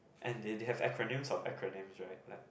and they they have acronym of acronym right like